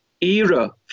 era